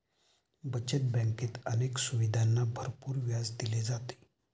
बचत बँकेत अनेक सुविधांना भरपूर व्याज दिले जाते